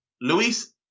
Luis